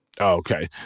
Okay